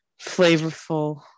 flavorful